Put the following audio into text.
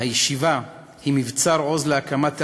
הישיבה היא מבצר עוז להקמת תלמידים,